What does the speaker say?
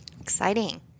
Exciting